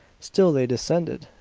still they descended!